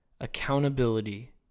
Accountability